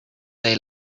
day